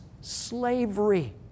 slavery